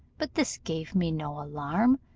but this gave me no alarm,